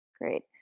Great